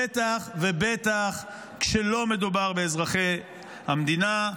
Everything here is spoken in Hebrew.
בטח ובטח כשלא מדובר באזרחי המדינה,